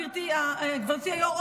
גברתי היו"ר,